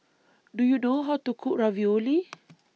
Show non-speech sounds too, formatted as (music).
Do YOU know How to Cook Ravioli (noise)